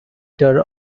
centre